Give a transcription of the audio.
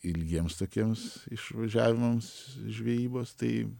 ilgiems tokiems išvažiavimams į žvejybas tai